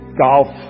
golf